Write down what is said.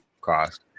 cost